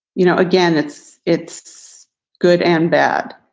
you know, again, it's it's good and bad.